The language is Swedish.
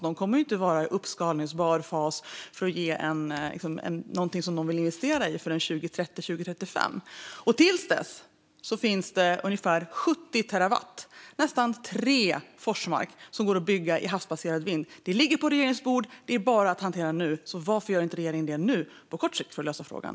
De kommer inte att vara i uppskalningsbar fas och ge något som någon vill investera i förrän 2030-2035. Till dess går det att bygga havsbaserad vindkraft motsvarande ungefär 70 terawatt, nästan tre Forsmark. Det ligger på regeringens bord; det är bara att hantera. Varför gör inte regeringen det nu, på kort sikt, för att lösa frågan?